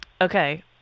okay